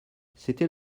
c’était